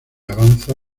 avanza